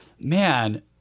man